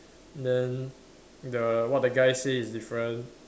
then the what the guy say is different